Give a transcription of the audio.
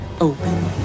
open